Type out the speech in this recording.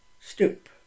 stoop